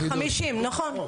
ל-50, נכון.